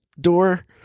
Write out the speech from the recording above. door